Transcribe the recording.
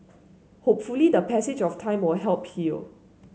hopefully the passage of time will help heal